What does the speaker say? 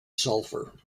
sulfur